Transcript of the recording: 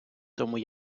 тому